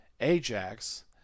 Ajax